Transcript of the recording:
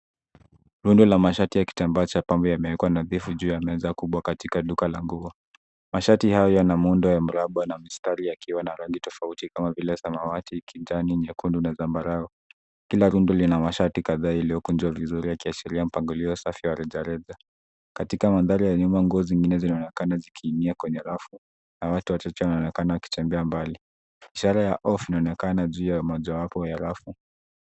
Mshati wa kitambaa cha pamba umepangwa juu ya meza kubwa ndani ya duka langu. Mshati huo umewekwa kwa umbo la mraba lenye mistari ya kivutio na rangi zinazofaa, zikionyesha muundo mzuri na wa kuvutia. Kila rundo la mashati limepangwa kwa mpangilio safi unaoonyesha utaratibu na uzuri wa bidhaa. Kwenye kona za duka, rundo jingine la mashati limewekwa kwa makini, na watu wanaweza kuuchunguza kwa urahisi bila kushughulika na bidhaa nyingine